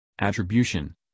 Attribution